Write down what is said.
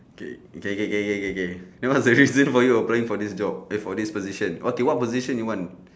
K K K K K K then what's the reason for you applying for this job eh for this position okay what position you want